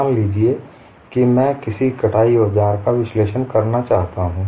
मान लीजिए कि मैं किसी कटाई औजार का विश्लेषण करना चाहता हूं